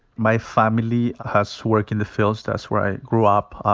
my family has worked in the fields. that's where i grew up.